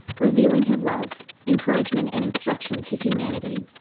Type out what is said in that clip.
revealing his love, encouragement, and instruction to humanity.